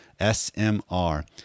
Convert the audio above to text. SMR